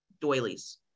doilies